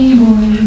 boy